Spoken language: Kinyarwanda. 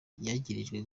yagirijwe